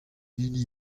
hini